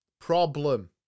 problem